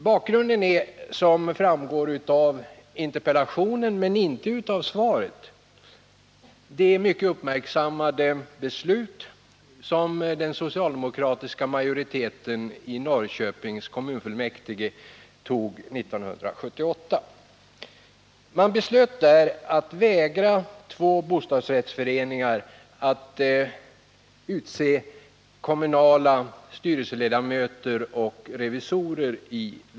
Bakgrunden är — som framgår av interpellationen, men inte av svaret — det mycket uppmärksammade beslut som den socialdemokratiska majoriteten i Norrköpings kommunfullmäktige fattade 1978. Man beslöt där att vägra två bostadsrättsföreningar att utse kommunala styrelseledamöter och revisorer.